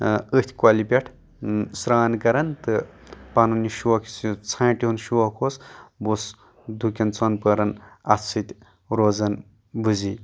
أتھۍ کۄلہِ پٮ۪ٹھ سران کَران تہٕ پَنُن یہِ شوق ژھانٛٹہِ ہُنٛد شوق اوس بہٕ اوسُس دُہ کٮ۪ن ژۄن پہرَن اَتھ سۭتۍ روزان بزی